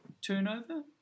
turnover